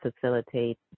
facilitate